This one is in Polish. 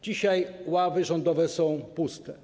Dzisiaj ławy rządowe są puste.